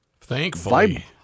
Thankfully